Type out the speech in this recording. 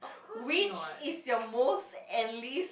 which is your most and least